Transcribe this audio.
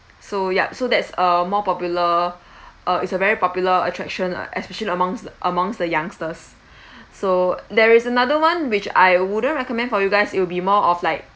so yup so that's uh more popular uh is a very popular attraction uh especially amongst amongst the youngsters so there is another one which I wouldn't recommend for you guys it will be more of like